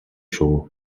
шүү